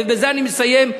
ובזה אני מסיים,